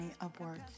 upwards